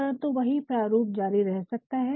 परन्तु वही प्रारूप जारी रह सकता है